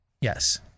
Yes